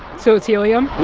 so it's helium?